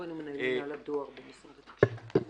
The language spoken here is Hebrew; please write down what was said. אורן הוא מנהל מינהל הדואר במשרד התקשורת.